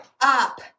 up